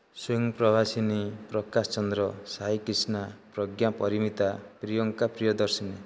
Singh Prabhasini Prakash Chandra Sai Krishna Pragya Parimita Priyanka Priyadarshini